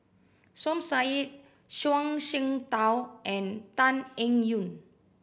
Som Said Zhuang Shengtao and Tan Eng Yoon